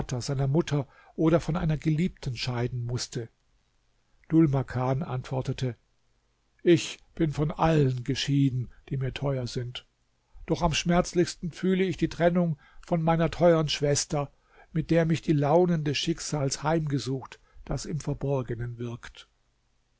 seiner mutter oder von einer geliebten scheiden mußte dhul makan antwortete ich bin von allen geschieden die mir teuer sind doch am schmerzlichsten fühle ich die trennung von meiner teuern schwester mit der mich die launen des schicksals heimgesucht das im verborgenen wirkt